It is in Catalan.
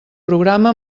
programa